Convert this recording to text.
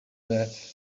that